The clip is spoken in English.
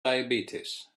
diabetes